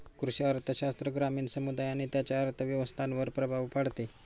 कृषी अर्थशास्त्र ग्रामीण समुदाय आणि त्यांच्या अर्थव्यवस्थांवर प्रभाव पाडते